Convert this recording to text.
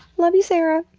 love you, sara!